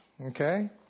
Okay